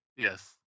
Yes